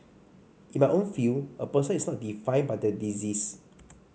in my own field a person is not defined by their disease